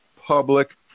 public